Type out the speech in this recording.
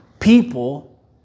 People